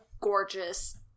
gorgeous